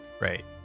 right